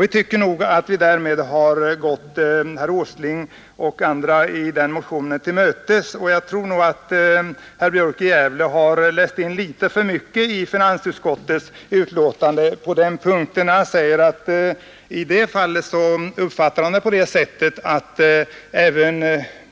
Vi anser att vi därmed har gått motionärerna till mötes. Herr Björk i Gävle har nog läst in för mycket i finansutskottets betänkande på den punkten. Han har uppfattat det så att